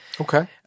Okay